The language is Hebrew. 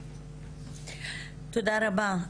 תודה רבה.